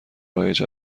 رایج